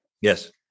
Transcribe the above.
Yes